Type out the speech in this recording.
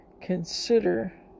consider